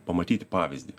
pamatyti pavyzdį